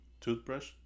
toothbrush